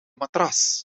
matras